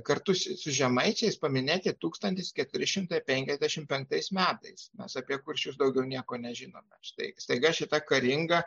kartu su žemaičiais paminėti tūkstantis keturi šimtai penkiasdešimt penktais metais mes apie kuršius daugiau nieko nežinom štai staiga šita karinga